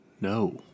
No